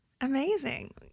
Amazing